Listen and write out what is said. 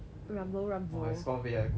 !wah! you so great ah you could ka the weather